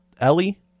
ellie